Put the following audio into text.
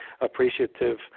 appreciative